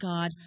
God